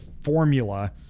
formula